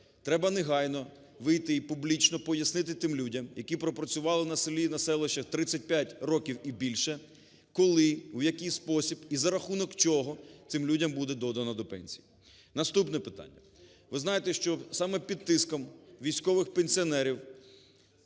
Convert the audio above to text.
треба негайно вийти і публічно пояснити тим людям, які пропрацювали на селі, на селищах 35 років і більше, коли, у який спосіб і за рахунок чого цим людям буде додано до пенсії. Наступне питання. Ви знаєте, що саме під тиском військових пенсіонерів